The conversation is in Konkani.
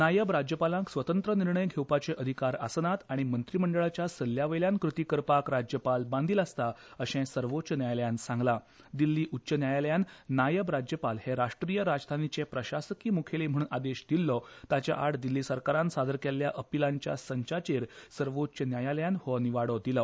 नायब राज्यपाल स्वतंत्र निर्णय घेवपी अधिकार आसनात आनी मंत्रीमंडळाच्या सल्ल्या वयल्यान कृती करपाक राज्यपाल बांदी आसता अशें सर्वोच्च न्यायालयान सांगलां दिल्ली उच्च न्यायालयान नायब राज्यपाल हे राष्ट्रीय राजधानीचे प्रशासकीय मुखेली म्हणून आदेश दिल्लो ताचे आड दिल्ली सरकारान सादर केल्ल्या अपिलांच्या संचाचेर सर्वोच्च न्यायालयान हो निवाडो दिलो